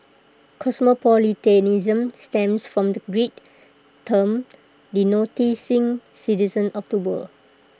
cosmopolitanism stems from the Greek term denoting citizen of the world